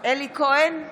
אלי כהן,